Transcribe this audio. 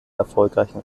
erfolgreichen